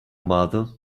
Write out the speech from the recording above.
mother